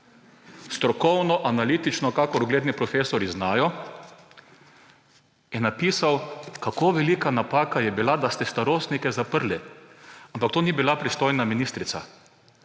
Strokovno, analitično, kakor ugledni profesorji znajo, je napisal, kako velika napaka je bila, da ste starostnike zaprli, ampak za to ni bila pristojna ministrica;